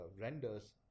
renders